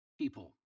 people